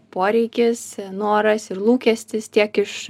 poreikis noras ir lūkestis tiek iš